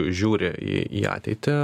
žiūri į į ateitį